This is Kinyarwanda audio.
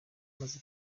maze